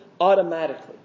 automatically